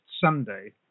Sunday